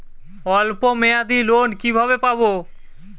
অল্প মেয়াদি লোন কিভাবে পাব?